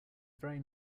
very